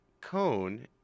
cone